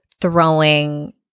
throwing